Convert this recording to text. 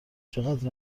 چقدر